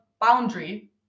boundary